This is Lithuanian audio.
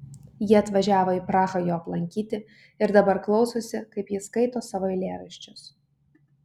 ji atvažiavo į prahą jo aplankyti ir dabar klausosi kaip jis skaito savo eilėraščius